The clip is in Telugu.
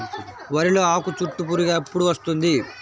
వరిలో ఆకుచుట్టు పురుగు ఎప్పుడు వస్తుంది?